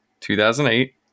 2008